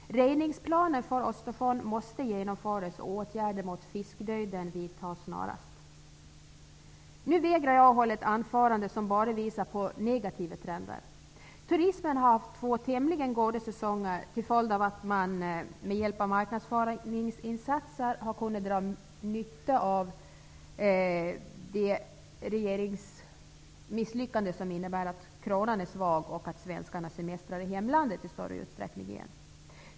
Reningsplanen för Östersjön måste genomföras och åtgärder mot fiskdöden vidtas snarast. Nu vägrar jag att hålla ett anförande som bara visar på negativa trender. Turismen har haft två tämligen goda säsonger till följd av att man med hjälp av marknadsföringsinsatser har kunnat dra nytta av det regeringsmisslyckande som innebär att kronan är svag och att svenskarna semestrar i hemlandet i större utsträckning igen.